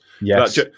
Yes